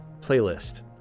playlist